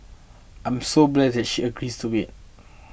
I'm so blessed that she agrees to it